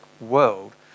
world